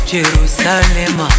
Jerusalem